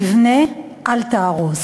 תבנה, אל תהרוס.